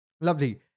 Lovely